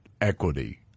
equity